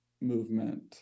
movement